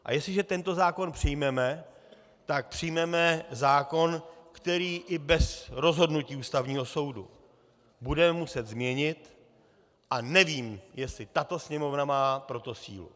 A jestliže tento zákon přijmeme, tak přijmeme zákon, který i bez rozhodnutí Ústavního soudu budeme muset změnit, a nevím, jestli tato Sněmovna má pro to sílu.